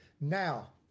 Now